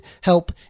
help